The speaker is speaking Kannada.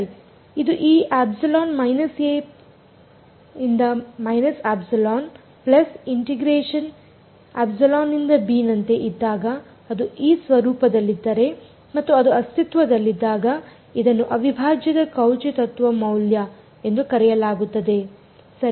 ಆದ್ದರಿಂದ ಇದು ಈ ನಂತೆ ಇದ್ದಾಗ ಅದು ಈ ಸ್ವರೂಪದಲ್ಲಿದ್ದರೆ ಮತ್ತು ಇದು ಅಸ್ತಿತ್ವದಲ್ಲಿದ್ದಾಗ ಇದನ್ನು ಅವಿಭಾಜ್ಯದ ಕೌಚಿ ತತ್ವ ಮೌಲ್ಯ ಎಂದು ಕರೆಯಲಾಗುತ್ತದೆ ಸರಿ